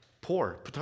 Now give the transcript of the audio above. Poor